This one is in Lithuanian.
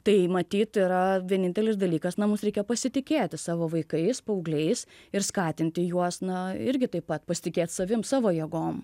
tai matyt yra vienintelis dalykas na mums reikia pasitikėti savo vaikais paaugliais ir skatinti juos na irgi taip pat pasitikėt savim savo jėgom